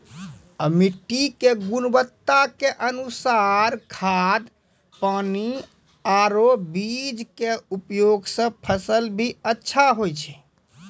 मिट्टी के गुणवत्ता के अनुसार खाद, पानी आरो बीज के उपयोग सॅ फसल भी अच्छा होय छै